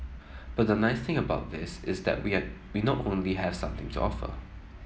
but the nice thing about this is that we are we not only have something to offer